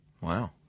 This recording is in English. Wow